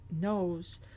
knows